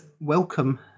welcome